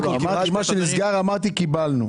מה שנסגר, כפי שהוא אומר, קיבלנו.